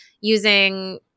using